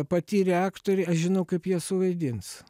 patyrę aktoriai aš žinau kaip jie suvaidins